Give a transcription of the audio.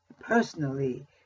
personally